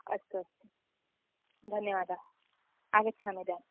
अस्तु अस्तु धन्यवादः आगच्छामि इदानीम्